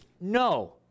no